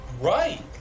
right